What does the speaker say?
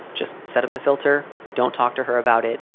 just set up the filter. don't talk to her about it.